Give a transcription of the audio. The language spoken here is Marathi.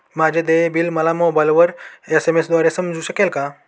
माझे देय बिल मला मोबाइलवर एस.एम.एस द्वारे समजू शकेल का?